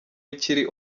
ukiri